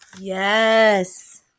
Yes